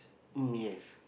mm yes